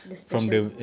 the special